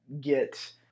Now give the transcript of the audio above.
get